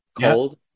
Cold